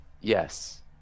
Yes